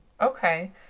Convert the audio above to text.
Okay